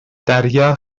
دریا